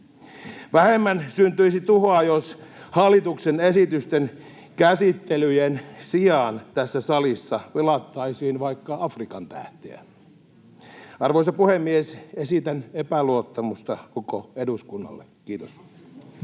Vähemmän syntyisi tuhoa, jos hallituksen esitysten käsittelyjen sijaan tässä salissa pelattaisiin vaikka Afrikan tähteä. Arvoisa puhemies! Esitän epäluottamusta koko eduskunnalle. — Kiitos.